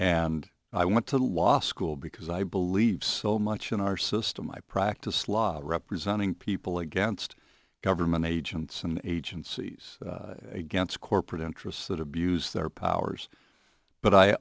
and i went to law school because i believe so much in our system i practice law representing people against government agents and agencies against corporate interests that abuse their powers but i